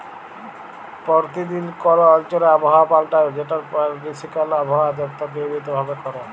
পরতিদিল কল অঞ্চলে আবহাওয়া পাল্টায় যেটর পেরডিকশল আবহাওয়া দপ্তর লিয়মিত ভাবে ক্যরে